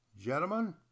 Gentlemen